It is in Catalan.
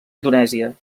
indonèsia